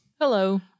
Hello